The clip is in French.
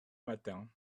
matin